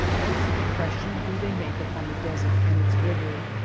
what impression do they make upon the desert and its river?